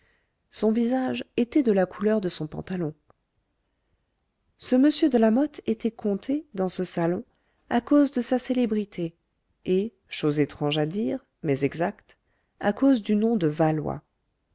son visage était de la couleur de son pantalon ce m de lamothe était compté dans ce salon à cause de sa célébrité et chose étrange à dire mais exacte à cause du nom de valois